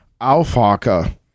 Alfaka